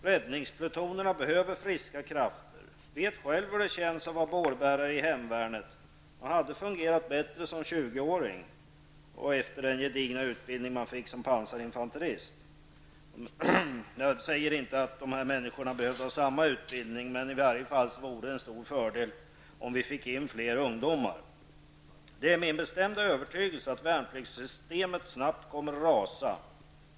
Räddningsplutonerna behöver friska krafter. Jag vet själv hur det känns att vara bårbärare i hemvärnet. Man hade fungerat bättre som 20-åring och efter den gedigna utbildning man fick som pansarinfanterist. Jag säger inte att dessa människor behöver ha samma utbildning, men det vore en stor fördel om vi fick in fler ungdomar. Det är min bestämda övertygelse att värnpliktssystemet snart kommer att rasa.